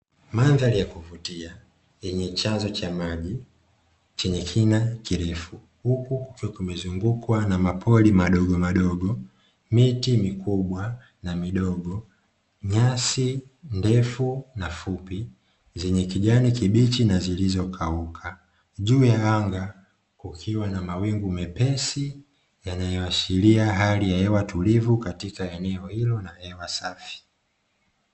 Mandhari ya kuvutia yenye chanzo cha maji chenye kina kirefu, huku kukiwa kumezungukwa na mapori madogomadogo, miti mikubwa na midogo, nyasi ndefu na fupi, zenye kijani kibichi na zilizokauka. Juu ya anga kukiwa na mawingu mepesi, yanayoashiria hali ya hewa tulivu katika eneo hilo na hewa safi.